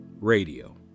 radio